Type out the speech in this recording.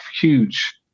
huge